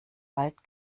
wald